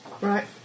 Right